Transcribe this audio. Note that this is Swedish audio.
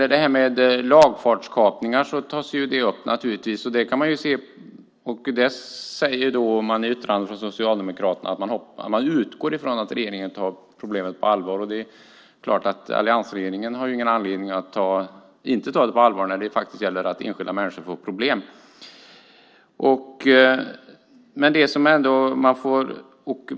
Lagfartskapningar tas naturligtvis upp. I ett yttrande från Socialdemokraterna utgår man ifrån att regeringen tar problemet på allvar. Alliansregeringen har ju ingen anledning att inte ta det på allvar när det gäller att enskilda människor får problem.